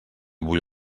bull